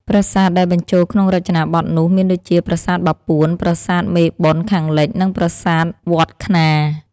ប្រាសាទដែលបញ្ចូលក្នុងរចនាបថនោះ មានដូចជា ប្រាសាទបាពួន ប្រាសាទមេបុណ្យខាងលិច និងប្រាសាទវត្ដខ្នារ ។